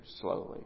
slowly